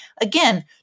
Again